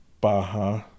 Baja